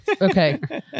Okay